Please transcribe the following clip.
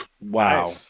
Wow